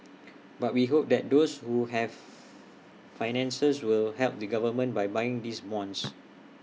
but we hope that those who have finances will help the government by buying these bonds